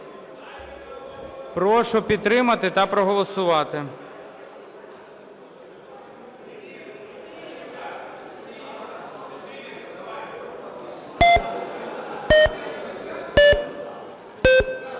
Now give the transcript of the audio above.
Прошу підтримати та проголосувати.